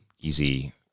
easy